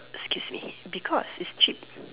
excuse me because it's cheap